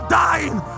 dying